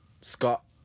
Scott